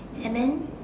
and then